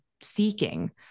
seeking